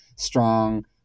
Strong